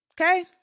okay